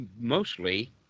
mostly